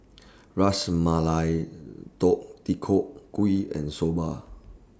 Ras Malai Deodeok Gui and Soba